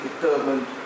determined